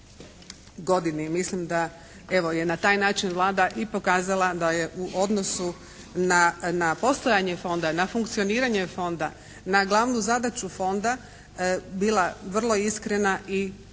godini. Mislim da evo je na taj način Vlada i pokazala da je u odnosu na postojanje Fonda, na funkcioniranje Fonda, na glavnu zadaću Fonda bila vrlo iskrena i